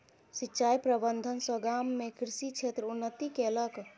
सिचाई प्रबंधन सॅ गाम में कृषि क्षेत्र उन्नति केलक